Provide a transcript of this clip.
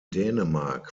dänemark